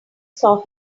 saw